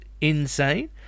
insane